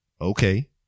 okay